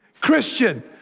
Christian